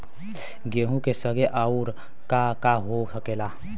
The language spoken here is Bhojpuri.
गेहूँ के संगे आऊर का का हो सकेला?